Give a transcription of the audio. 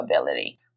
ability